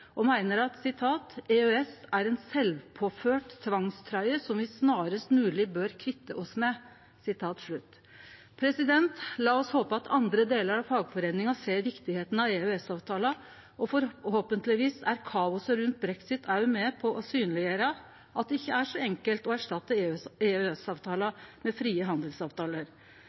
og meiner at «EØS er en selvpåført tvangstrøye som vi snarest mulig bør kvitte oss med!». Lat oss håpe at andre delar av fagforeininga ser viktigheita av EØS-avtala. Forhåpentlegvis er kaoset rundt brexit òg med på å synleggjere at det ikkje er så enkelt å erstatte EØS-avtala med frie handelsavtaler.